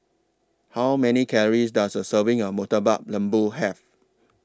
How Many Calories Does A Serving of Murtabak Lembu Have